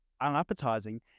unappetizing